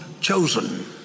chosen